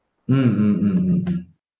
mm mm mm mm mm